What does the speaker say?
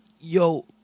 Yo